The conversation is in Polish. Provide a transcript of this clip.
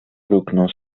mruknął